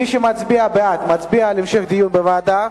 מי שמצביע בעד, מצביע על המשך דיון בוועדה,